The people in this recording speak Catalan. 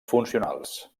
funcionals